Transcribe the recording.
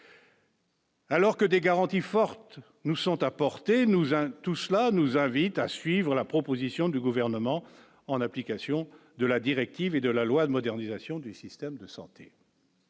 Alors que des garanties fortes nous sont apportées nous hein, tout cela nous invite à suivre la proposition du gouvernement, en application de la directive et de la loi de modernisation du système de santé.